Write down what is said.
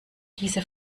diese